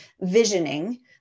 visioning